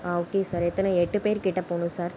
ஆ okay sir எத்தனை எட்டு பேர் கிட்டே போகணும் சார்